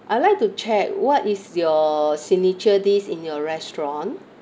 I'd like to check what is your signature dish in your restaurant